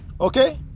Okay